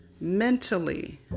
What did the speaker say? mentally